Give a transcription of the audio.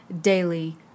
daily